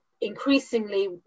increasingly